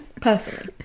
Personally